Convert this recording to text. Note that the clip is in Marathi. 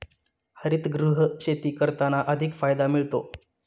हरितगृह शेती करताना अधिक फायदा मिळतो